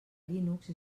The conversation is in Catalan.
linux